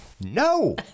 No